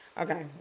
Okay